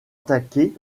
attaquer